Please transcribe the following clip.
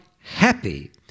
happy